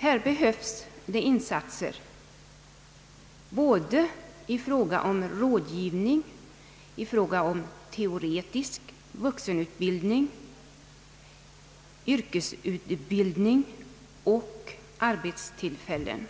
Här behövs insatser både i fråga om rådgivning, teoretisk vuxenutbildning, yrkesutbildning och arbetstillfällen.